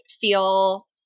feel